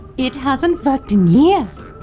it hasn't worked in years!